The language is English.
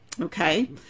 Okay